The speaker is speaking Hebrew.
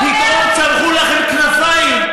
אדוני השר, יש ילדים עניים שלא נכנסים לצהרונים.